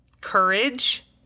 courage